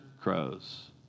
crows